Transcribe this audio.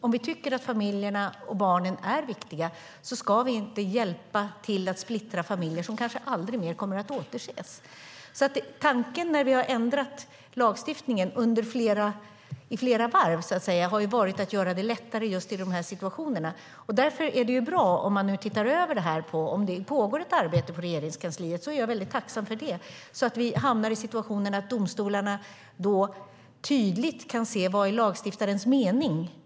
Om vi tycker att familjerna och barnen är viktiga ska vi inte hjälpa till att splittra familjer som kanske aldrig mer kommer att återses. Tanken när vi ändrat lagstiftningen i flera varv har varit att göra det lättare just i de här situationerna. Därför är det bra om man nu tittar över det här. Om det pågår ett arbete inom Regeringskansliet är jag väldigt tacksam för det. Domstolarna måste tydligt kunna se vilken lagstiftarens avsikt är.